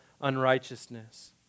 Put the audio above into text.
unrighteousness